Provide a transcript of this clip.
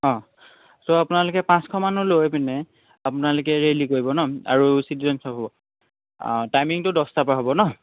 অঁ ছ' আপোনালোকে পাঁচশ মানুহ লৈ পিনে আপোনালোকে ৰেলী কৰিব ন আৰু চিটিজেনছ্ হ'ব টাইমিংটো দহটাৰ পৰা হ'ব ন